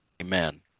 Amen